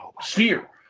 sphere